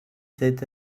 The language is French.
sept